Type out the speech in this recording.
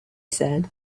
said